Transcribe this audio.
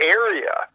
area